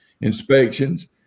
inspections